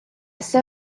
saw